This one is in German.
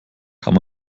kann